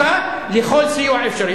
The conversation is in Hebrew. היא זקוקה לכל סיוע אפשרי.